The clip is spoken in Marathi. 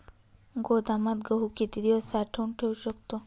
गोदामात गहू किती दिवस साठवून ठेवू शकतो?